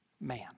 Man